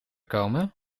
komen